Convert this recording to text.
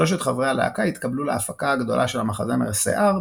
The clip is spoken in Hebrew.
שלושת חברי הלהקה התקבלו להפקה הגדולה של המחזמר "שיער",